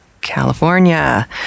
California